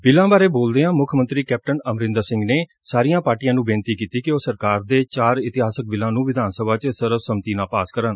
ਬਿੱਲਾਂ ਬਾਰੇ ਬੋਲਦਿਆਂ ਮੁੱਖ ਮੰਤਰੀ ਕੈਪਟਨ ਅਮਰਿੰਦਰ ਸਿੰਘ ਨੇ ਸਾਰੀਆਂ ਪਾਰਟੀਆਂ ਨੂੰ ਬੇਨਤੀ ਕੀਤੀ ਕਿ ਉਹ ਸਰਕਾਰ ਦੇ ਚਾਰ ਇਤਿਹਾਸਕ ਬਿੱਲਾਂ ਨੂੰ ਵਿਧਾਨ ਸਭਾ ਚ ਸਰਬ ਸੰਮਤੀ ਨਾਲ ਪਾਸ ਕਰਨੂੰ